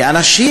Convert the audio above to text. ואנשים,